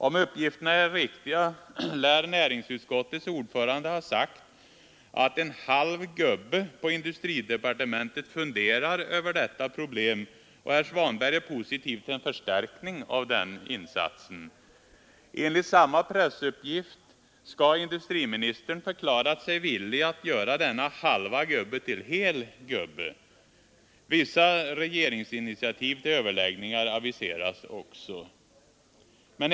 Om uppgifterna är riktiga lär näringsutskottets ordförande ha sagt att ”en halv gubbe” på industridepartementet funderar över detta problem, och herr Svanberg är positiv till en förstärkning av den insatsen. Enligt samma pressuppgift skall industriministern förklarat sig villig att göra denna halva gubbe till hel gubbe. Vissa regeringsinitiativ till överläggningar aviseras också.